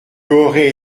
aurais